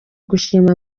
gushima